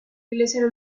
iglesia